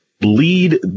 lead